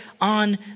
on